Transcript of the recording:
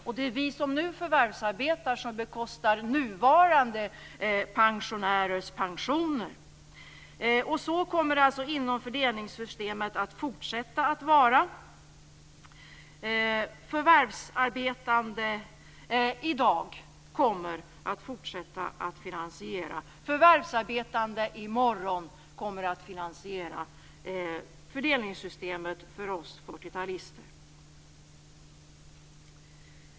Det är vi som nu förvärvsarbetar som bekostar nuvarande pensionärers pensioner. Så kommer det att fortsätta att vara inom fördelningssystemet. Förvärvsarbetande i morgon kommer att fortsätta att finansiera fördelningssystemet för oss 40-talister.